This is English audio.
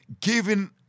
given